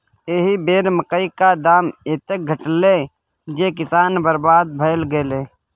एहि बेर मकई क दाम एतेक घटलै जे किसान बरबाद भए गेलै